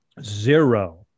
Zero